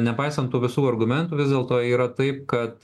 nepaisant tų visų argumentų vis dėlto yra taip kad